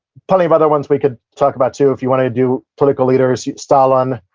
plenty of other ones we could talk about too. if you wanted to do political leaders, stalin,